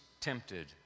tempted